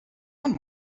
own